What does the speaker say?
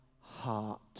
heart